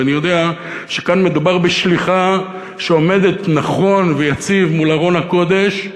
ואני יודע שכאן מדובר בשליחה שעומדת נכון ויציב מול ארון הקודש.